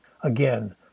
again